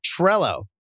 Trello